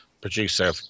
producer